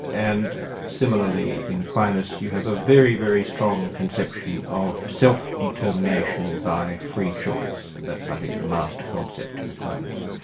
and similarly in aquinas you have a very, very strong conception of self-determination by free choice. that's, i think, the master concept concept in aquinas.